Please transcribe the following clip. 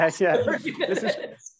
yes